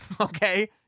Okay